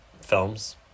films